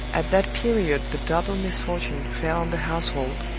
at that period the double misfortune fell on the household,